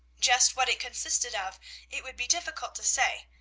just what it consisted of it would be difficult to say,